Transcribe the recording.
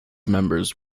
members